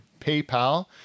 PayPal